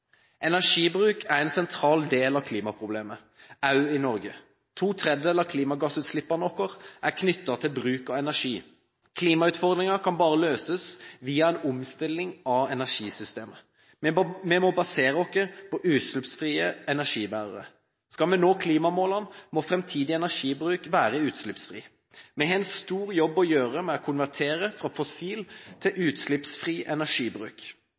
Energibruk er en sentral del av klimaproblemet – også i Norge. To tredjedeler av klimagassutslippene våre er knyttet til bruk av energi. Klimautfordringen kan bare løses via en omstilling av energisystemet. Vi må basere oss på utslippsfrie energibærere. Skal vi nå klimamålene, må framtidig energibruk være utslippsfri. Vi har en stor jobb å gjøre med å konvertere fra fossil til utslippsfri energibruk.